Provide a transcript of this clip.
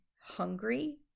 hungry